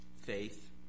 faith